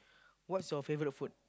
what's your favorite food